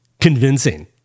Convincing